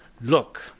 Look